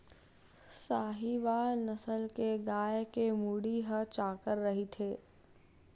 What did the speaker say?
साहीवाल नसल के गाय के मुड़ी ह चाकर रहिथे